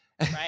right